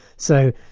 so,